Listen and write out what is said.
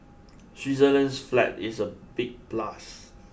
Switzerland's flag is a big plus